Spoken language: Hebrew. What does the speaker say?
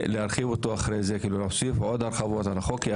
ולהוסיף עוד הרחבות על החוק אחרי כן.